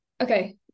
Okay